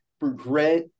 regret